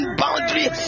boundary